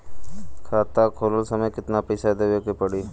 खाता खोलत समय कितना पैसा देवे के पड़ी?